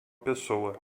pessoa